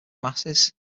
masses